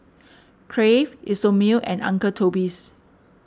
Crave Isomil and Uncle Toby's